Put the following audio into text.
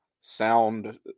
sound